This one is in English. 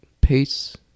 Peace